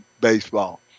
baseball